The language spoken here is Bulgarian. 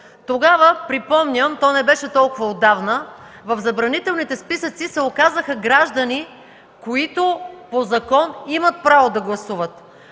Тогава, припомням – не беше толкова отдавна, в забранителните списъци се оказаха граждани, които по закон имат право да гласуват,